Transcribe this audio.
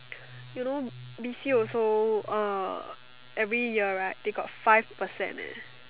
you know B_C also uh every year right they got five percent eh